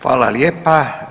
Hvala lijepa.